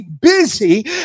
busy